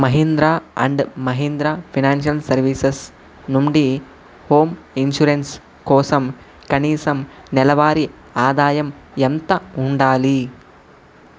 Mahindra and Mahindra financial services నుండి home insurance కోసం కనీసం నెలవారి ఆదాయం ఎంత ఉండాలి